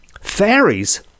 fairies